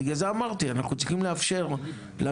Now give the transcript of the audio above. בגלל זה אמרתי: אנחנו צריכים לאפשר לממשלה